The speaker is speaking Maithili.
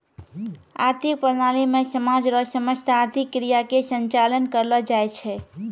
आर्थिक प्रणाली मे समाज रो समस्त आर्थिक क्रिया के संचालन करलो जाय छै